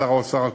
ושר האוצר הקודם,